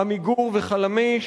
"עמיגור" ו"חלמיש",